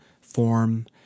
form